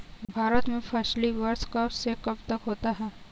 भारत में फसली वर्ष कब से कब तक होता है?